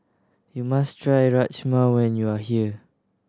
you must try Rajma when you are here